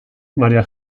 maria